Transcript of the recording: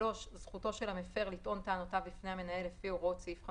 זכותו של המפר לטעון טענותיו בפני המנהל לפי הוראות סעיף 54,